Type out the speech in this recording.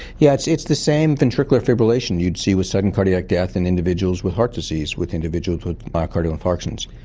yeah it's it's the same ventricular fibrillation you'd see with sudden cardiac death in individuals with heart disease, with individuals with myocardial infarctions.